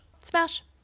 smash